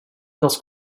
dels